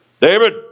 David